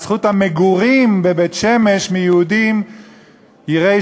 את זכות המגורים בבית-שמש מיהודים יראי